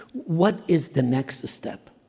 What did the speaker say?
what is the next step?